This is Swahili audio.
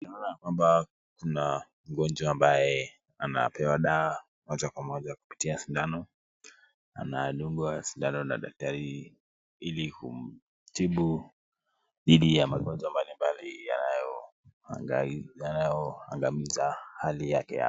Tunaona ya kwamba kuna mgonjwa ambaye anapewa dawa moja kwa moja kupitia sindano. Anadungwa sindano na daktari ili kumtibu dhidi ya magonjwa mbalimbali yanayoangamiza hali yake ya....